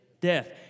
death